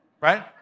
right